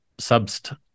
subst